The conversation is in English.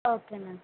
okay ma'am